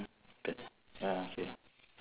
ya K